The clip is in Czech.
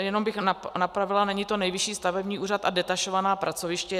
Jenom bych napravila, není to Nejvyšší stavební úřad a detašovaná pracoviště.